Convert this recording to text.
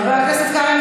חבר הכנסת קרעי,